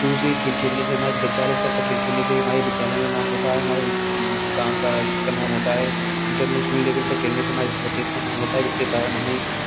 शुरू से खेल खेलने से हमारे विद्यालय स्तर पर खेल खेलने से हमारे विद्यालय में भी नाम होता है हमारे गाँव का राष्ट्र का नाम होता है इंटरनेशनल लेवल पर खेलने से हमारे भारत देश का नाम होता है जिसके कारण हमें